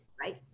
Right